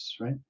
right